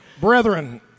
Brethren